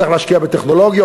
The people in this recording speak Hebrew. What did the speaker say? צריך להשקיע בטכנולוגיות.